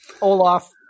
Olaf